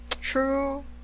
True